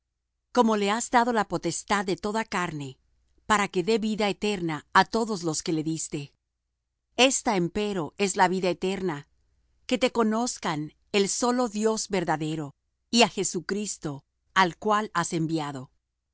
como le has dado la potestad de toda carne para que dé vida eterna á todos los que le diste esta empero es la vida eterna que te conozcan el solo dios verdadero y á jesucristo al cual has enviado